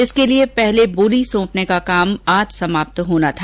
इसके लिए पहले बोली सौंपने का काम आज समाप्त होना था